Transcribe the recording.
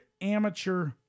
amateur